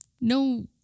No